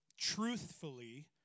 truthfully